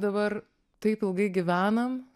dabar taip ilgai gyvenam